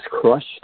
crushed